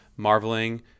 marveling